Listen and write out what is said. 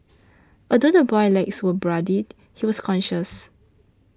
although the boy's legs were bloodied he was conscious